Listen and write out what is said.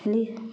ली